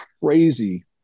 crazy